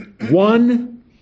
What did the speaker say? One